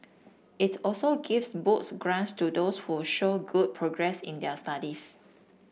it also gives books grants to those who show good progress in their studies